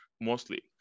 mostly